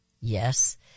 Yes